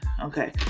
Okay